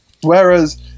whereas